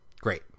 Great